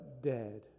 dead